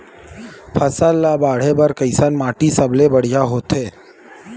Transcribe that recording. फसल ला बाढ़े बर कैसन माटी सबले बढ़िया होथे?